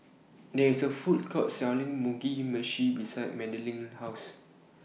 There IS A Food Court Selling Mugi Meshi behind Madilynn's House